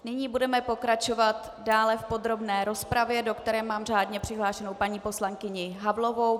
Nyní budeme pokračovat dále v podrobné rozpravě, do které mám řádně přihlášenou paní poslankyni Havlovou.